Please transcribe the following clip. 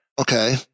Okay